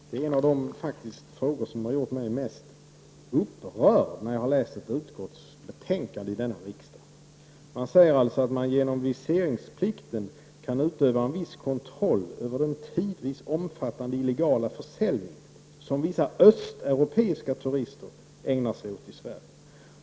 Det är faktiskt en av de frågor som har gjort mig mest upprörd i samband med att jag har läst ett utskottsbetänkande i denna riksdag. Man säger att man genom viseringsplikten kan utöva en viss kontroll över den tidvis omfattande illegala försäljning som vissa östeuropeiska turister ägnar sig åt i Sverige.